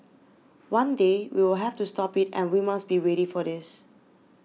one day we will have to stop it and we must be ready for this